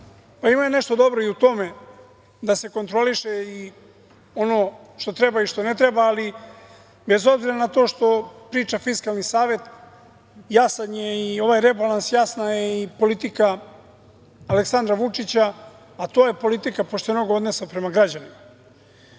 ima i nešto dobro i u tome da se kontroliše i ono što treba i što ne treba. Bez obzira na to što priča Fiskalni savet, jasan je i ovaj rebalans, jasna je i politika Aleksandra Vučića, a to je politika poštenog odnosa prema građanima. Optimizam